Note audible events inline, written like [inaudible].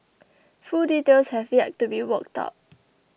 [noise] full details have yet to be worked out